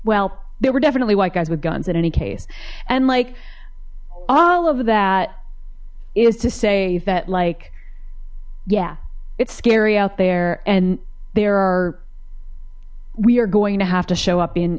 well there were definitely white guys with guns in any case and like all of that is to say that like yeah it's scary out there and there are we are going to have to show up in